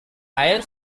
air